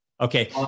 Okay